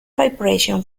vibration